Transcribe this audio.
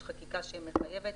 יש חקיקה שהיא מחייבת,